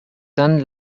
dann